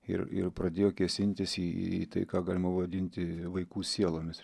ir ir pradėjo kėsintis į tai ką galima vadinti vaikų sielomis